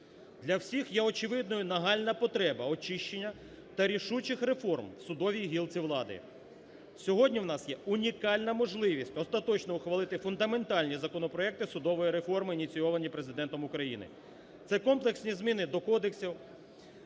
Для всіх є очевидною нагальна потреба очищення та рішучих реформ в судовій гілці влади. Сьогодні у нас є унікальна можливість остаточно ухвалити фундаментальні законопроекти судової реформи, ініційовані Президентом України, це комплексні зміни до кодексів